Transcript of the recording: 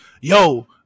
Yo